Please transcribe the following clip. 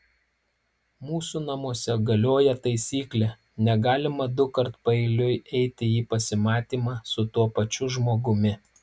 mūsų namuose galioja taisyklė negalima dukart paeiliui eiti į pasimatymą su tuo pačiu žmogumi